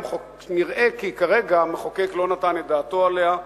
שנראה כי כרגע המחוקק לא נתן את דעתו עליה,